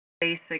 basic